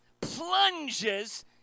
plunges